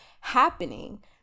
happening